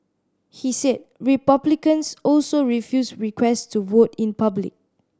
he said Republicans also refused requests to vote in public